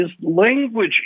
language